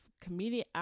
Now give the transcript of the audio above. comedian